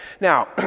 Now